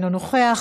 אינו נוכח,